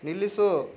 ನಿಲ್ಲಿಸು